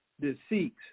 Deceit